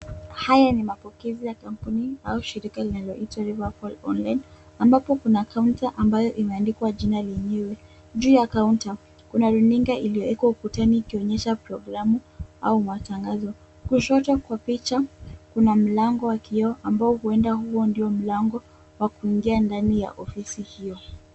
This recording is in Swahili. Haya ni mapokezi ya kampuni au shirika linaloitwa Riverfall online, ambapo kuna kaunta ambayo imeandikwa jina lenyewe. Juu ya kaunta, kuna runinga iliyowekwa ukutani ikionyesha programu au matangazo. Kushoto kwa picha kuna mlango wa kioo ambayo huenda huo ndio mlango wa kuingia ndani ya ofisi hiyo.